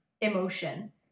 emotion